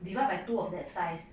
divide by two of that size